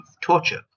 torture